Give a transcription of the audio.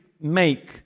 make